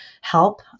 help